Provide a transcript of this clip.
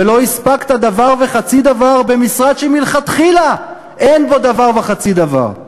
ולא הספקת דבר וחצי דבר במשרד שמלכתחילה אין בו דבר וחצי דבר.